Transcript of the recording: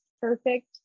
perfect